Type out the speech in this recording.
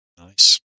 Nice